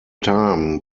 time